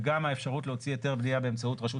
וגם האפשרות להוציא היתר בנייה באמצעות רשות